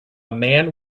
man